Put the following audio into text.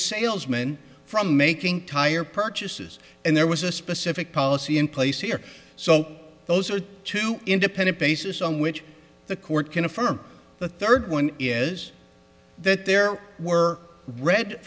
salesman from making tire purchases and there was a specific policy in place here so those are two independent basis on which the court can affirm the third one is that there were red